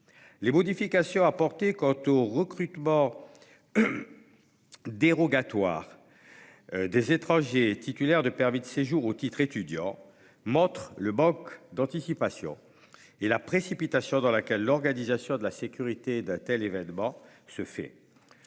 Les modifications apportées quant au recrutement dérogatoire des étrangers titulaires de permis de séjour ou de titres étudiants montrent le manque d'anticipation et la précipitation dans laquelle l'organisation de la sécurité d'un tel événement se fait.